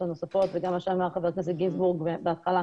הנוספות וגם מה שאמר חבר הכנסת גינזברוג בהתחלה.